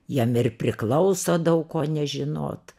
jiem ir priklauso daug ko nežinot